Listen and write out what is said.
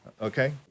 Okay